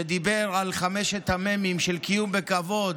שדיבר על חמשת המ"מים של קיום בכבוד,